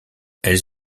elles